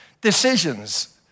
decisions